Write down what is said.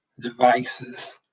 devices